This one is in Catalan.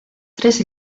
tres